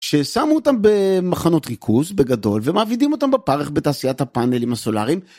ששמו אותם במחנות ריכוז בגדול ומעבידים אותם בפרך בתעשיית הפאנלים הסולריים.